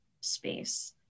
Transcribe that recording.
space